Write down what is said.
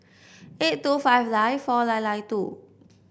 eight two five nine four nine nine two